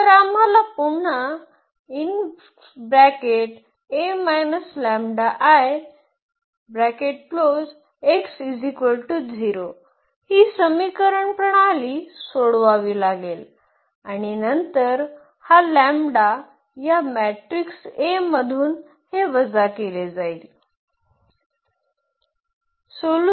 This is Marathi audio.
तर आम्हाला पुन्हा ही समीकरण प्रणाली सोडवावी लागेल आणि नंतर हा या मॅट्रिक्स A मधून हे वजा केले जाईल